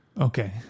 Okay